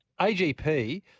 AGP